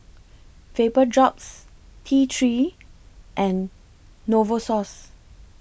Vapodrops T three and Novosource